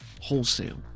wholesale